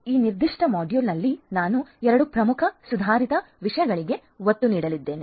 ಈ ನಿರ್ದಿಷ್ಟ ಮೊಡ್ಯೂಲ್ನಲ್ಲಿ ನಾನು ಎರಡು ಪ್ರಮುಖ ಸುಧಾರಿತ ವಿಷಯಗಳಿಗೆ ಒತ್ತು ನೀಡಲಿದ್ದೇನೆ